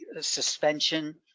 suspension